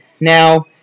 Now